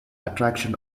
attraction